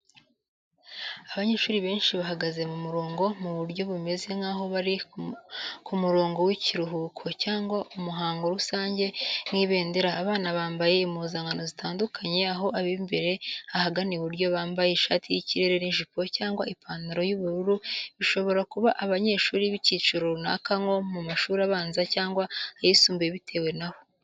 Abanyeshuri benshi bahagaze mu murongo, mu buryo bumeze nk’aho bari ku murongo w’ikiruhuko cyangwa umuhango rusange nk'ibendera. Abana bambaye impuzankano zitandukanye aho ab’imbere ahagana iburyo bambaye ishati y’ikirere n’ijipo cyangwa ipantaro y’ubururu bishobora kuba abanyeshuri b’icyiciro runaka nko mu mashuri abanza cyangwa ayisumbuye bitewe n’aho.